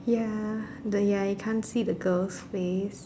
ya the ya you can't see the girl's face